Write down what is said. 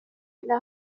إلى